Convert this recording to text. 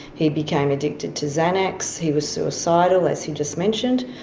he became addicted to xanax, he was suicidal, as he just mentioned.